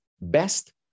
best